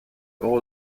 all